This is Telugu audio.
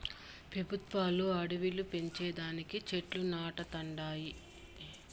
పెబుత్వాలు అడివిలు పెంచే దానికి చెట్లు నాటతండాయి